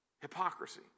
hypocrisy